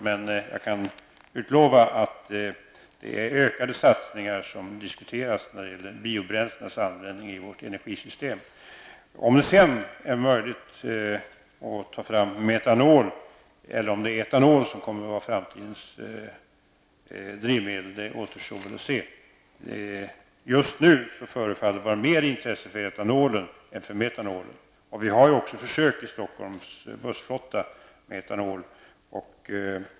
Jag kan ändå utlova att ökade satsningar diskuteras när det gäller användningen av biobränslen i vårt energisystem. Om det sedan är möjligt att ta fram metanol, eller om det är etanol som kommer att vara framtidens drivmedel, det återstår att se. Just nu förefaller intresset att vara större för etanol än för metanol. Vi har ju också gjort försök i Stockholms bussflotta med etanol.